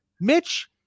Mitch